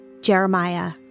Jeremiah